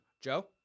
Joe